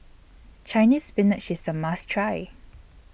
Chinese Spinach IS A must Try